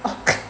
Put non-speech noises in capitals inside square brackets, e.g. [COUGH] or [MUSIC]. [LAUGHS]